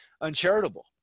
uncharitable